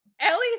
Ellie